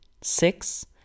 Six